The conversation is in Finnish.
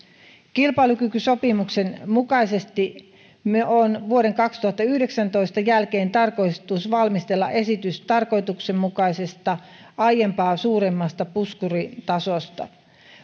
kilpailukykysopimuksen mukaisesti on vuoden kaksituhattayhdeksäntoista jälkeen tarkoitus valmistella esitys tarkoituksenmukaisesta aiempaa suuremmasta puskurin tasosta